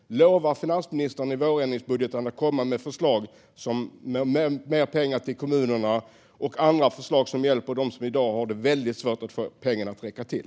Lovar finansministern att i vårändringsbudgeten komma med förslag om mer pengar till kommunerna och annat som hjälper dem som i dag har väldigt svårt att få pengarna att räcka till?